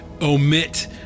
omit